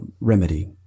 remedy